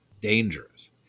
dangerous